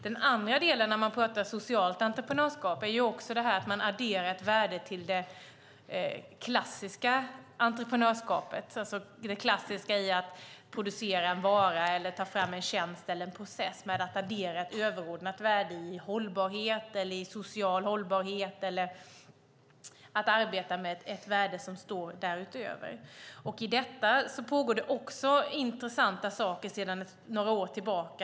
Den andra delen när man pratar socialt entreprenörskap handlar om att man adderar ett värde till det klassiska entreprenörskapet. Man producerar en vara, tar fram en tjänst eller process och adderar ett överordnat värde i social hållbarhet. Man arbetar med ett värde som står därutöver. Här pågår det också intressanta saker sedan några år tillbaka.